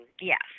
Yes